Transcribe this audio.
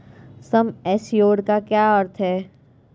सम assured का क्या अर्थ है?